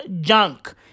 junk